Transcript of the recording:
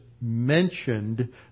mentioned